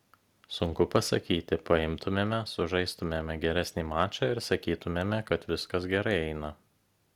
sunku pasakyti paimtumėme sužaistumėme geresnį mačą ir sakytumėme kad viskas gerai eina